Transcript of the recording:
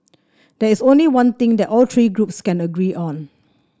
there is only one thing that all three groups can agree on